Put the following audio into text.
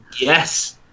Yes